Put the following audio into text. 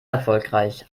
erfolgreich